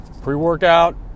Pre-workout